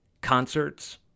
concerts